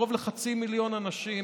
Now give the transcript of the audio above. קרוב לחצי מיליון אנשים